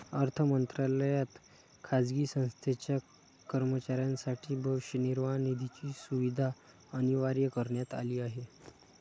अर्थ मंत्रालयात खाजगी संस्थेच्या कर्मचाऱ्यांसाठी भविष्य निर्वाह निधीची सुविधा अनिवार्य करण्यात आली आहे